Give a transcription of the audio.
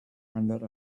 under